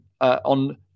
on